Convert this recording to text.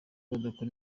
badakora